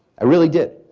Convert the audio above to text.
i really did,